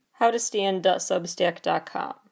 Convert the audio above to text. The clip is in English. howtostand.substack.com